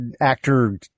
actor